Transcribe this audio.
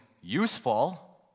useful